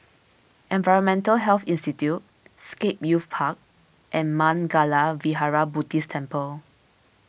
Environmental Health Institute Scape Youth Park and Mangala Vihara Buddhist Temple